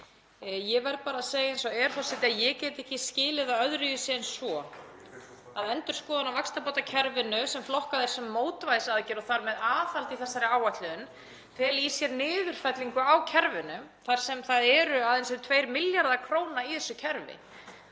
Ég verð bara að segja eins og er, forseti, að ég get ekki skilið það öðruvísi en svo að endurskoðun á vaxtabótakerfinu sem flokkuð er sem mótvægisaðgerð og þar með aðhald í þessari áætlun, feli í sér niðurfellingu á kerfinu þar sem það eru aðeins um 2 milljarðar kr. í þessu kerfi.